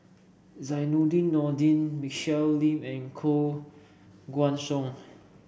Zainudin Nordin Michelle Lim and Koh Guan Song